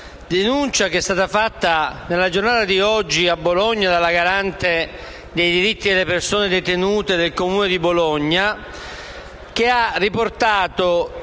denuncia resa pubblica nella giornata di oggi dalla Garante dei diritti delle persone detenute del comune di Bologna, che ha riportato